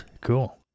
Cool